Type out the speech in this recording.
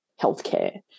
healthcare